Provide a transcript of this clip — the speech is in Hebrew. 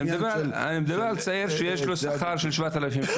אני מדבר על צעיר שיש לו שכר של 7,000 שקלים.